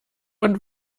und